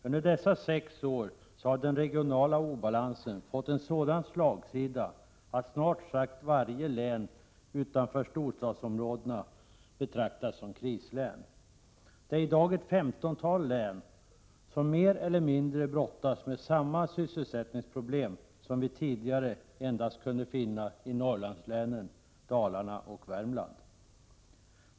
Under dessa sex år har den regionala obalansen fått sådan slagsida att snart sagt varje län utanför storstadsområdena betraktas som krislän. Det är i dag ett femtontal län som mer eller mindre brottas med samma sysselsättningsproblem som vi tidigare endast kunde finna i Norrlandslänen, Dalarna och Värmland.